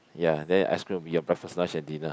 ya then ice cream will be your breakfast lunch and dinner